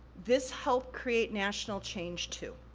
this helped create national change, too.